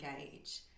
engage